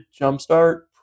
Jumpstart